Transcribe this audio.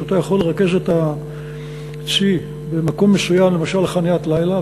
כשאתה יכול לרכז את הצי במקום מסוים למשל לחניית לילה,